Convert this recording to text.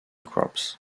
crops